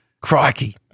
Crikey